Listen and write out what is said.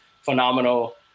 phenomenal